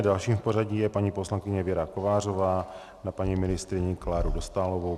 Dalším v pořadí je paní poslankyně Věra Kovářová na paní ministryni Kláru Dostálovou.